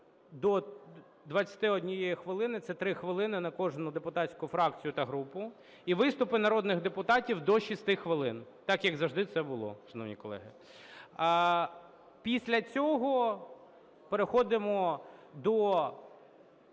до 21 хвилини ( це 3 хвилини на кожну депутатську фракцію та групу). І виступи народних депутатів – до 6 хвилин. Так, як завжди це було, шановні колеги. Після цього переходимо до